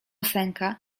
sęka